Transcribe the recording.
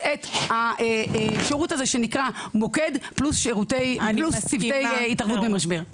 את השירות הזה שנקרא מוקד פלוס צוותי התערבות במשבר.